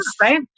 right